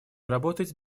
работать